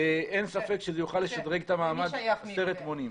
אין ספק שזה יוכל לשדרג את המאמץ עשרת מונים.